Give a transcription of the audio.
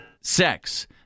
Sex